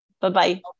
bye-bye